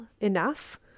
enough